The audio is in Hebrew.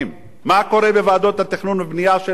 בוועדות התכנון והבנייה של מחוז הצפון?